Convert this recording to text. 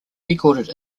headquartered